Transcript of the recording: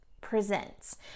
presents